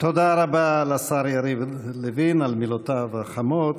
תודה רבה לשר יריב לוין על מילותיו החמות.